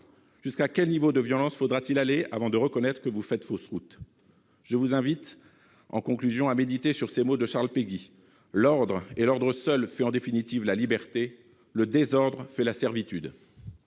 Jusqu'à quel niveau de violence faudra-t-il aller avant que vous reconnaissiez faire fausse route ? Je vous invite, en conclusion, à méditer ces mots de Charles Péguy :« L'ordre, et l'ordre seul, fait en définitive la liberté. Le désordre fait la servitude.